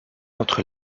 entre